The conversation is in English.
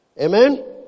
Amen